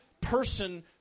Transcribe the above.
person